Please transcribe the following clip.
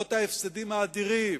למרות ההפסדים האדירים,